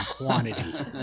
quantity